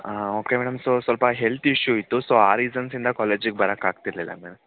ಹಾಂ okay madam so ಸ್ವಲ್ಪ health issue ಇತ್ತು ಸೊ ಆ ರೀಸನ್ಸಿಂದ ಕಾಲೇಜಿಗೆ ಬರೋಕ್ ಆಗ್ತಿರಲಿಲ್ಲ ಮ್ಯಾಮ್